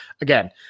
again